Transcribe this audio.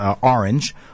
Orange